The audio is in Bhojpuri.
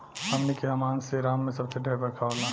हमनी किहा मानसींराम मे सबसे ढेर बरखा होला